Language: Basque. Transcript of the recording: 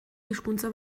hizkuntza